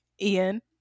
ian